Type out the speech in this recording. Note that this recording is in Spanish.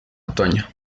otoño